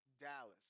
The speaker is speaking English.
Dallas